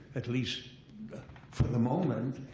at least for the moment,